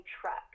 truck